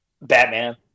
Batman